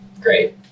Great